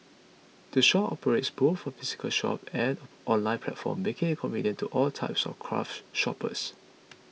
the shop operates both a physical shop and an online platform making it convenient to all types of craft shoppers